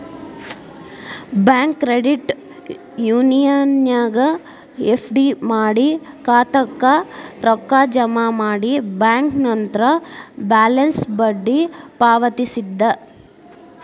bank credit ಯೂನಿಯನ್ನ್ಯಾಗ್ FD ಮಾಡಿ ಖಾತಾಕ್ಕ ರೊಕ್ಕ ಜಮಾ ಮಾಡಿ ಬ್ಯಾಂಕ್ ನಂತ್ರ ಬ್ಯಾಲೆನ್ಸ್ಗ ಬಡ್ಡಿ ಪಾವತಿಸ್ತದ